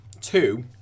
Two